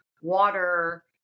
water